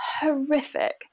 horrific